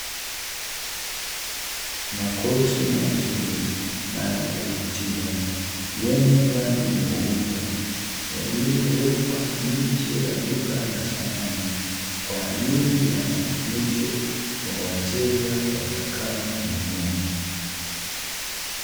Makochi mazuri na yakuvutia yenye rangi nyeupe yaliowekwa nje ya duka la samani, kwa ajili ya maonyesho ya wateja watakaonunua.